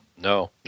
No